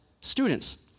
students